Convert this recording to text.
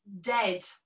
dead